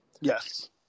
Yes